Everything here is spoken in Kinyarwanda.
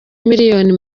miliyoni